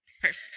Perfect